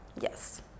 Yes